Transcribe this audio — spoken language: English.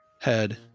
head